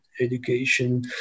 education